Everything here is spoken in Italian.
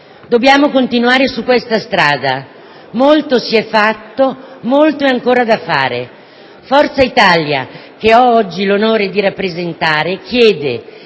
Dobbiamo continuare su questa strada. Molto si è fatto, molto è ancora da fare. Forza Italia, che ho oggi l'onore di rappresentare, chiede,